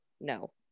no